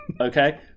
okay